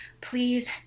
please